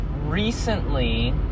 recently